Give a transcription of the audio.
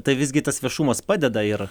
tai visgi tas viešumas padeda ir